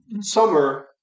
summer